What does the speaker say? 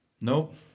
Nope